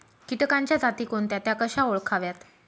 किटकांच्या जाती कोणत्या? त्या कशा ओळखाव्यात?